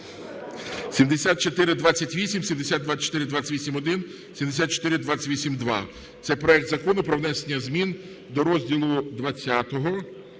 7428, 7428-1, 7428-2. Це проект Закону про внесення змін до розділу ХХ